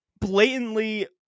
blatantly